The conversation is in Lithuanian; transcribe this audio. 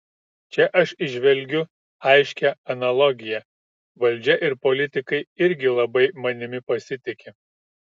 čia aš įžvelgiu aiškią analogiją valdžia ir politikai irgi labai manimi pasitiki